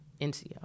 NCO